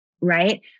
right